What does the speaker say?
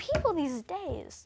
people these days